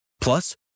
Plus